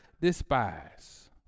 despise